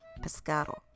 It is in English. Pescado